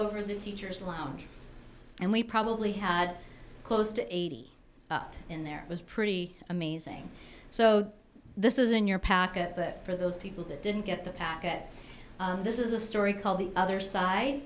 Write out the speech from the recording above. over the teacher's lounge and we probably had close to eighty in there was pretty amazing so this is in your packet but for those people that didn't get the packet this is a story called the other side